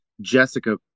jessica